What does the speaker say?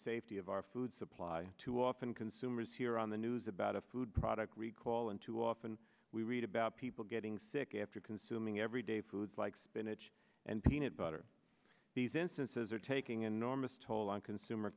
safety of our food supply too often consumers here on the news about a food product recall and too often we read about people getting sick after consuming every day foods like spinach and peanut butter these instances are taking enormous toll on consumer